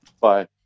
bye